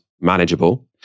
manageable